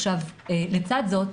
לצד זאת,